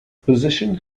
position